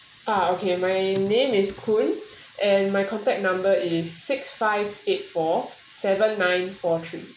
uh okay my name is koon and my contact number is six five eight four seven nine four three